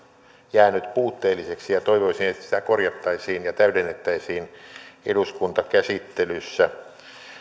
jäänyt puutteelliseksi ja toivoisin että sitä korjattaisiin ja täydennettäisiin eduskuntakäsittelyssä